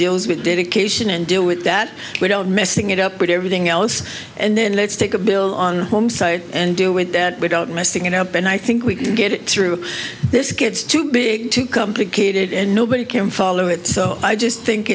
deals with dedication and deal with that we don't missing it up with everything else and then let's take a bill on one side and deal with that without messing it up and i think we can get it through this gets too big too complicated and nobody can follow it so i just think